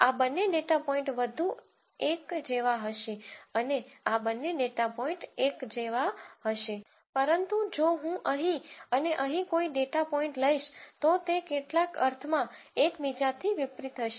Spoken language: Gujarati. આ બંને ડેટા પોઇન્ટ વધુ એક જેવા હશે અને આ બંને ડેટા પોઇન્ટ એક જેવા હશે પરંતુ જો હું અહીં અને અહીં કોઈ ડેટા પોઇન્ટ લઈશ તો તે કેટલાક અર્થમાં એક બીજાથી વિપરીત હશે